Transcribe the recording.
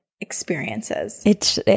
experiences